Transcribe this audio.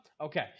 Okay